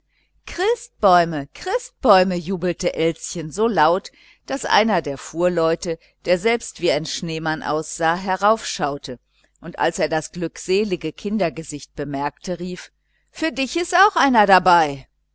christbäume christbäume jubelte elschen so laut daß einer der fuhrleute der selbst wie ein schneemann aussah herausschaute und als er das glückselige kindergesicht bemerkte rief für dich ist auch einer dabei